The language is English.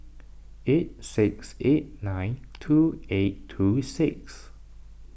eight six eight nine two eight two six